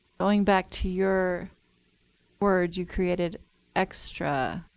going back to your words. you created extra